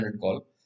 call